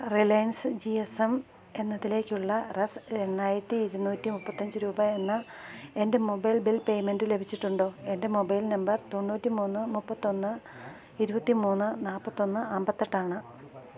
Reliance G S M എന്നതിലേക്കുള്ള റസ് എണ്ണായിരത്തി ഇരുന്നൂറ്റി മുപ്പത്തിയഞ്ച് രൂപ എന്ന എന്റെ മൊബൈൽ ബിൽ പേമെന്റ് ലഭിച്ചിട്ടുണ്ടോ എന്റെ മൊബൈൽ നമ്പർ തൊണ്ണൂറ്റി മൂന്ന് മുപ്പത്തിയൊന്ന് ഇരുപത്തി മൂന്ന് നാല്പ്പത്തിയൊന്ന് അമ്പത്തിയെട്ടാണ്